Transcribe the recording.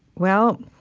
well,